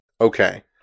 Okay